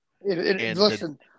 Listen